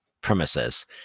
premises